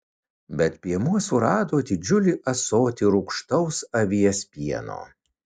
bet piemuo surado didžiulį ąsotį rūgštaus avies pieno